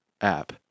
app